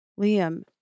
Liam